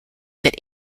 that